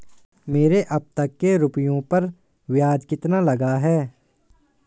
मेरे अब तक के रुपयों पर ब्याज कितना लगा है?